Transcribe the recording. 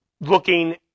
looking